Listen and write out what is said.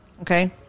Okay